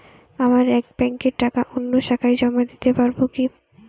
আমার এক ব্যাঙ্কের টাকা অন্য শাখায় জমা দিতে পারব কি?